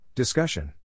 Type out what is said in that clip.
Discussion